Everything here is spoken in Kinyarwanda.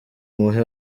muhe